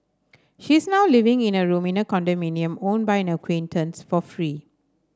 she is now living in a room in a condominium owned by an acquaintance for free